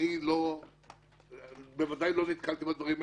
אני בוודאי לא נתקלתי בדברים האלה.